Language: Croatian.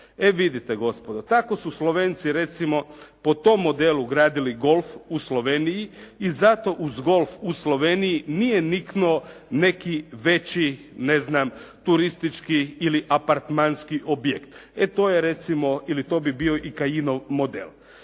E vidite gospodo, tako su Slovenci recimo po tom modelu gradili golf u Sloveniji i zato uz golf u Sloveniji nije niknuo neki veći ne znam, turistički ili apartmanski objekt. E to je recimo i to bi bio i Kajinov model.